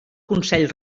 consell